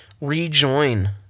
rejoin